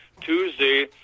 Tuesday